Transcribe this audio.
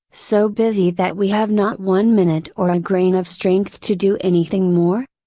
so busy that we have not one minute or a grain of strength to do anything more?